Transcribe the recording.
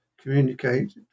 communicate